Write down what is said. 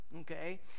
Okay